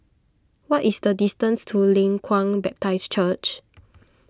what is the distance to Leng Kwang Baptist Church